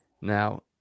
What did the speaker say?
Now